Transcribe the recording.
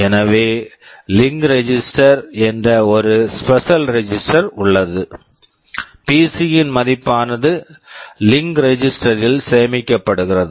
எனவே link register link register என்ற ஒரு ஸ்பெஷல் ரெஜிஸ்டர் special register உள்ளது பிசி PC யின் மதிப்பானது லிங்க் ரெஜிஸ்டர் link register ல் சேமிக்கப்படுகிறது